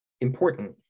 important